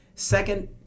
Second